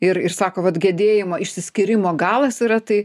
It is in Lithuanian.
ir ir sako vat gedėjimo išsiskyrimo galas yra tai